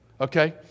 okay